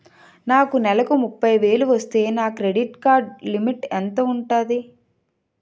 నాకు నెలకు ముప్పై వేలు వస్తే నా క్రెడిట్ కార్డ్ లిమిట్ ఎంత ఉంటాది?